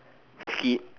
keep